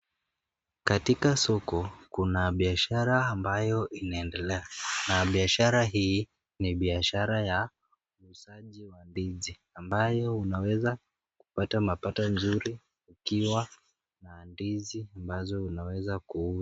Katika soko kuna biashara ambayo inaendelea na biashara ii ni biashara ya uuzaji ndizi ambayo unaweza kupata mapato mazuri ikiwa una ndizi unaweza kuuza.